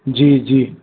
जी जी